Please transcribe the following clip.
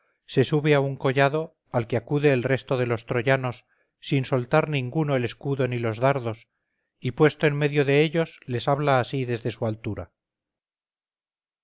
se sube a un collado al que acude el resto de los troyanos sin soltar ninguno el escudo ni los dardos y puesto en medio de ellos les habla así desde su altura